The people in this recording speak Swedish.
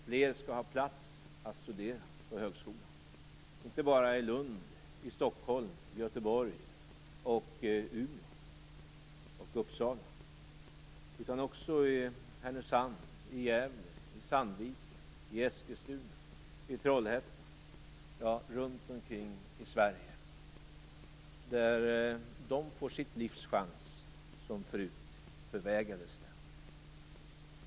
Fler skall ha plats att studera på högskolan, inte bara i Lund och Stockholm, Göteborg, Umeå och Uppsala utan också i Härnösand, Gävle, Sandviken, Eskilstuna, Trollhättan, runt omkring i Sverige där de får sitt livs chans som förut förvägrades dem.